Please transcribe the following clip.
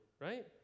right